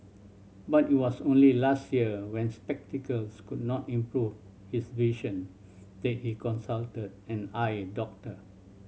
but it was only last year when spectacles could not improve his vision they he consulted an eye doctor